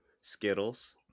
Skittles